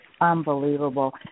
Unbelievable